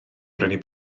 brynu